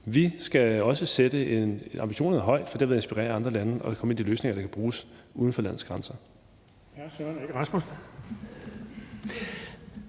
Vi skal også sætte ambitionerne højt, for det vil inspirere andre lande, og vi skal komme med de løsninger, der kan bruges uden for landets grænser.